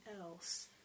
else